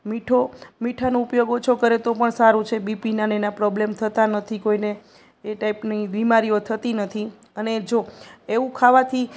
મીઠો મીઠાનો ઉપયોગ ઓછો કરે તો પણ સારું છે બીપીનાં ને એના પ્રોબ્લેમ થતા નથી કોઈને એ ટાઈપની બીમારીઓ થતી નથી અને જો એવું ખાવાથી